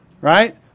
right